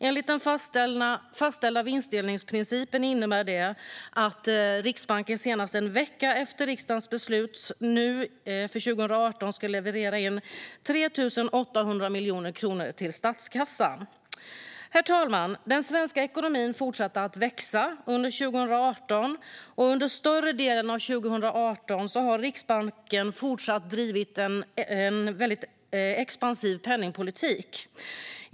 Enligt den fastställda vinstdelningsprincipen innebär det att Riksbanken senast en vecka efter riksdagens beslut för 2018 ska leverera in 3 800 miljoner kronor till statskassan. Herr talman! Den svenska ekonomin fortsatte att växa under 2018, och under större delen av 2018 har Riksbanken fortsatt drivit en väldigt expansiv penningpolitik.